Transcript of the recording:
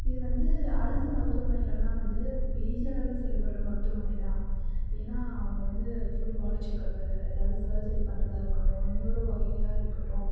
இது வந்து அரசு மருத்துவமனைகள்லாம் வந்து பேச்சளவில் செயல்படுற மருத்துவமனை தான் ஏன்னா அவங்க வந்து ஃபுல் பாடி செக்கப்பு எதாவது சர்ஜரி பண்ணுறதா இருக்கட்டும் நியூரோ வகையிலேயா இருக்கட்டும்